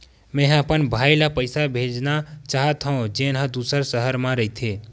मेंहा अपन भाई ला पइसा भेजना चाहत हव, जेन हा दूसर शहर मा रहिथे